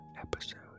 episode